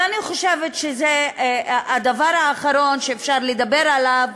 אני חושבת שזה הדבר האחרון שאפשר לדבר עליו.